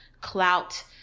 Clout